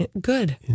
Good